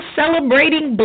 celebrating